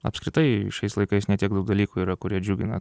apskritai šiais laikais ne tiek daug dalykų yra kurie džiugina